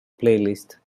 playlist